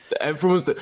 everyone's